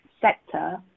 sector